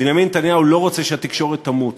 בנימין נתניהו לא רוצה שהתקשורת תמות,